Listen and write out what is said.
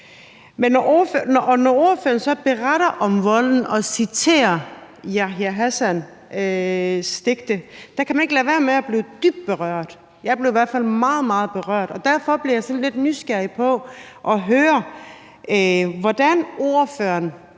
Når ordføreren så beretter om volden og citerer Yahya Hassans digte, kan man ikke lade være med at blive dybt berørt. Jeg blev i hvert fald meget, meget berørt, og derfor bliver jeg sådan lidt nysgerrig på at høre, hvordan ordføreren